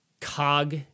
cog